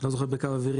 לא זוכר בקו אוויר,